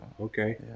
Okay